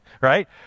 right